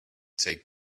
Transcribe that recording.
take